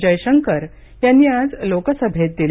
जयशंकर यांनी आज लोकसभेत दिली